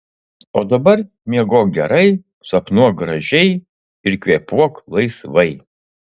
o dabar miegok gerai sapnuok gražiai ir kvėpuok laisvai